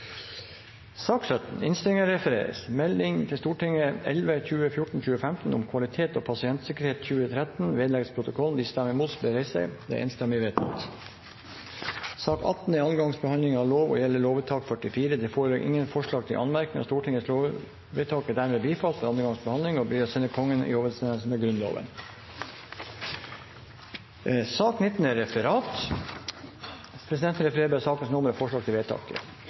Sak nr. 18 er andre gangs behandling av lov og gjelder lovvedtak 44. Det foreligger ingen forslag til anmerkning. Stortingets lovvedtak er dermed bifalt ved andre gangs behandling og blir å sende Kongen i overensstemmelse med Grunnloven. Dermed er